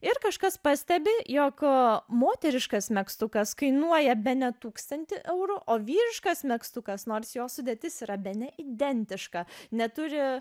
ir kažkas pastebi jog moteriškas megztukas kainuoja bene tūkstantį eurų o vyriškas megztukas nors jo sudėtis yra bene identiška neturi